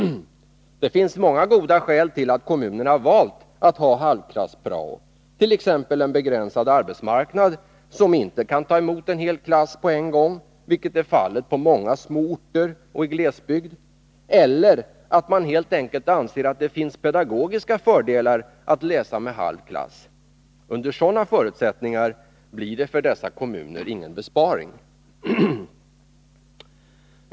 Det finns många goda skäl till att kommunerna valt att ha halvklass-prao: t.ex. en begränsad arbetsmarknad, som inte kan ta emot en hel klass på en gång, vilket är fallet på många små orter och i glesbygd, eller det förhållandet att man helt enkelt anser att det finns pedagogiska fördelar med att läsa med halv klass. Under sådana förutsättningar blir det för dessa kommuner ingen besparing.